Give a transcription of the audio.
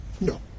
No